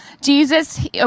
Jesus